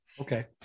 Okay